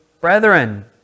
brethren